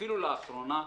אפילו לאחרונה,